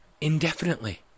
Indefinitely